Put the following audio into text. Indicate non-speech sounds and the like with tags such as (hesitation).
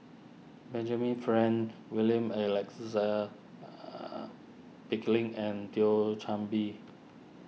Benjamin Frank William Alexander (hesitation) Pickering and Thio Chan Bee